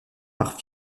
par